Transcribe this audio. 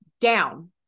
down